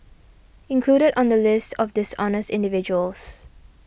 included on the list of dishonest individuals